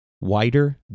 wider